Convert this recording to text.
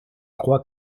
crois